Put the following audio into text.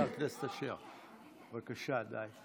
חבר הכנסת אשר, בבקשה, די.